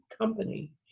company